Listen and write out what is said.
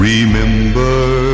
Remember